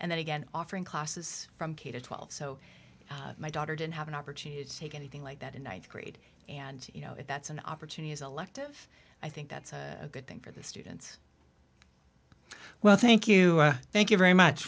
and then again offering classes from k to twelve so my daughter didn't have an opportunity to take anything like that in th grade and you know if that's an opportunity as elective i think that's a good thing for the students well thank you thank you very much